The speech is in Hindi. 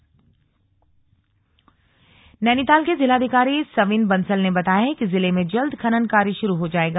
खनन नैनीताल नैनीताल के जिलाधिकारी सविन बंसल ने बताया है कि जिले में जल्द खनन कार्य शुरू हो जाएगा